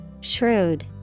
Shrewd